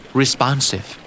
responsive